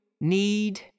need